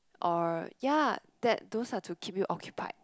or ya that those are to keep you occupied